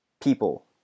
people